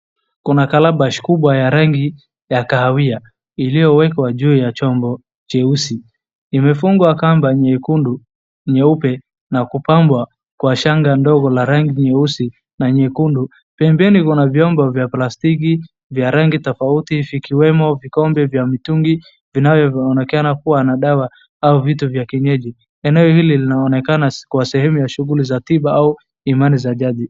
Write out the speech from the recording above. Kuna kalabash kubwa ya rangi ya kahawia iliyowekwa juu ya chombo cheusi ,imefungwa kamba nyekundu nyeupe na kupambwa kwanga shanga ndogo la rangi nyeusi na nyekundu. Pembeni kuna vyombo vya plastiki vya rangi tofauti vikiwemo vikombe vya mtungi vinavyoonekana kuwa na dawa au vitu vya kienyeji inayovile inaonekana kwa sehemu ya shughuli za tiba au imani za jadi.